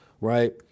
right